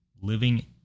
living